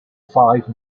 five